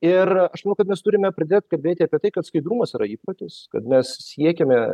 ir aš manau kad mes turime pradėt kalbėti apie tai kad skaidrumas yra įprotis kad mes siekiame